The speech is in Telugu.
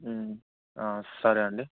సరే అండి